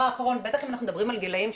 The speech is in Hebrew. בטח אם אנחנו מדברים על הגילאים,